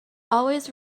always